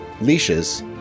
leashes